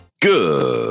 Good